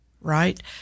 right